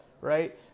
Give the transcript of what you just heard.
right